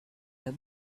have